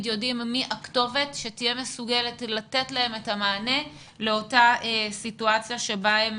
יודעים מי הכתובת שתהיה מסוגלת לתת להם את המענה לאותה סיטואציה בה הם